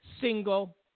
single